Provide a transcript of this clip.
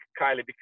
kylie